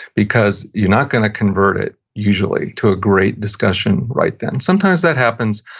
because you're not going to convert it usually to a great discussion right then. sometimes that happens,